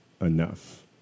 enough